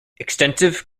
extensive